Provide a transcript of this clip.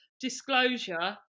disclosure